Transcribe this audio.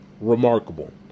remarkable